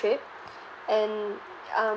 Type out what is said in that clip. ~rip and um